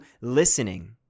listening